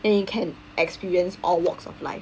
and you can experience all walks of life